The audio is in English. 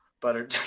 Butter